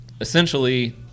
essentially